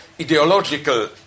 ideological